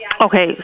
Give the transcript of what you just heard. Okay